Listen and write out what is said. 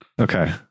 okay